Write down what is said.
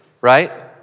right